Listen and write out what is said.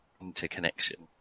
interconnection